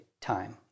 time